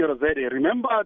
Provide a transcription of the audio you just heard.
Remember